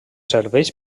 serveix